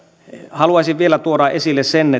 haluaisin vielä tuoda esille sen